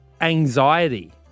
anxiety